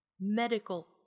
medical